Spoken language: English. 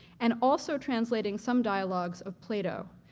and also translating some dialogues of plato.